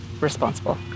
responsible